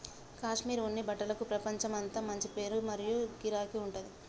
కాశ్మీర్ ఉన్ని బట్టలకు ప్రపంచమంతా మంచి పేరు మరియు గిరాకీ ఉంటది